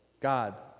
God